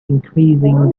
increasing